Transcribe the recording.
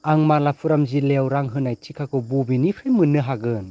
आं मालाप्पुराम जिल्लायाव रां होनाय टिकाखौ बबेनिफ्राय मोन्नो हागोन